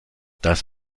das